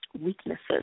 weaknesses